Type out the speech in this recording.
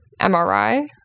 MRI